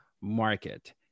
market